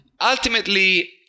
ultimately